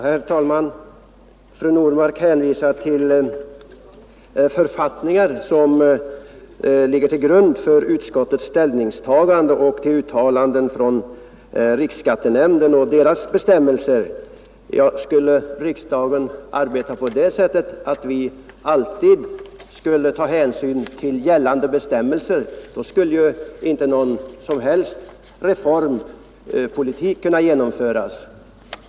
Herr talman! Fru Normark hänvisar till författningen som ligger till grund för utskottets ställningstagande och till uttalanden från riksskattenämnden och dess bestämmelser. Skulle riksdagen arbeta på det sättet att vi alltid skulle ta hänsyn till gällande bestämmelser skulle inte någon som helst reformpolitik kunna föras.